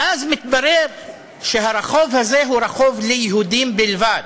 ואז מתברר שהרחוב הזה הוא רחוב ליהודים בלבד,